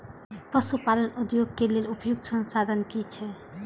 पशु पालन उद्योग के लेल उपयुक्त संसाधन की छै?